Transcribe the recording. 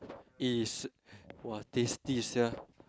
it's !wah! tasty sia